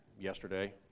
yesterday